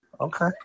Okay